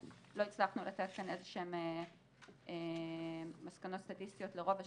לא הצלחנו לתת כאן איזה שהם מסקנות סטטיסטיות לרוב השאלות.